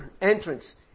entrance